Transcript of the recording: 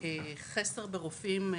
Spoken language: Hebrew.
חסר ברופאים.